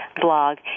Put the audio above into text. blog